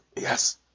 Yes